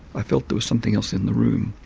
i felt there was something else in the room,